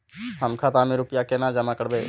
हम खाता में रूपया केना जमा करबे?